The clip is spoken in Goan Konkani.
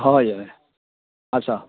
हय हय हय आसा